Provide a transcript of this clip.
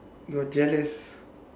you are jealous